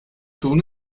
tun